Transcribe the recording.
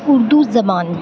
اردو زبان